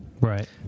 Right